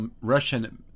Russian